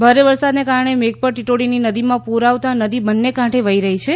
ભારે વરસાદને કારણે મેઘપર ટીટોડીની નદીમાં પુર આવતા નદી બંને કાંઠે વહી રહી છે